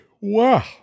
Wow